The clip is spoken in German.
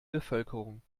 bevölkerung